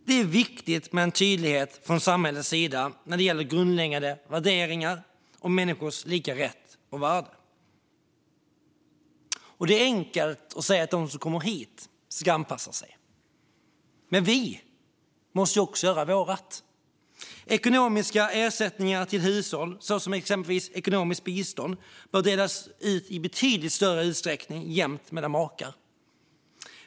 Det är viktigt med tydlighet från samhällets sida när det gäller grundläggande värderingar om människors lika rätt och värde. Det är enkelt att säga att de som kommer hit ska anpassa sig. Men vi måste också göra vårt. Ekonomiska ersättningar till hushåll, som exempelvis ekonomiskt bistånd, bör i betydligt större utsträckning betalas ut jämnt mellan makar.